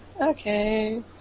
Okay